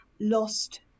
lost